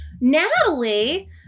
Natalie